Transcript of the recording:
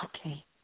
Okay